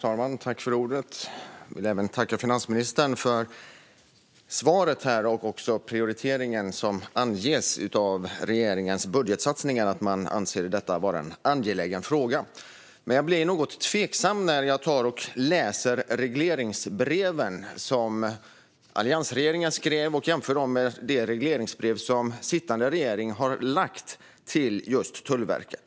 Herr talman! Jag vill tacka finansministern för svaret och också för den prioritering som anges av regeringens budgetsatsningar, det vill säga att man anser detta vara en angelägen fråga. Jag blir dock något tveksam när jag läser regleringsbreven som alliansregeringen skrev och jämför dem med de regleringsbrev som sittande regering har lagt till just Tullverket.